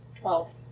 Twelve